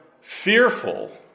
fearful